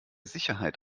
sicherheit